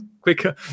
quicker